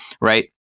right